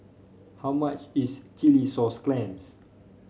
how much is Chilli Sauce Clams